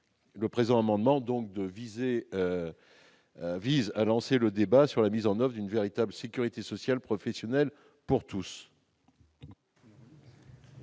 2017, cet amendement vise à lancer le débat sur la mise en oeuvre d'une véritable sécurité sociale professionnelle pour tous.